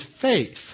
faith